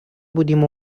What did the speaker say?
بودیم